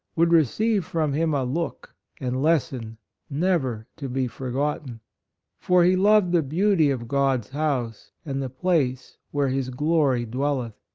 would receive from him a look and lesson never to be forgotten for he loved the beauty of god's house and the place where his glory dwelleth.